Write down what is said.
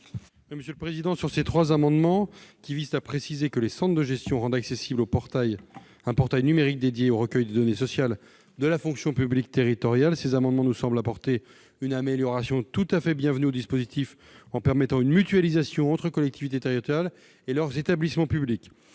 de la commission ? Ces trois amendements visent à préciser que les centres de gestion rendent accessible un portail numérique dédié au recueil des données sociales de la fonction publique territoriale. Ceux-ci nous semblent apporter une amélioration tout à fait bienvenue au dispositif en permettant une mutualisation entre les collectivités territoriales et leurs établissements publics.